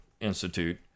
Institute